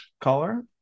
color